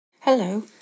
Hello